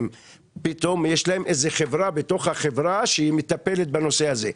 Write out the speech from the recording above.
פתאום יש להם חברה בתוך החברה שמטפלת בנושא הזה.